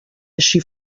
així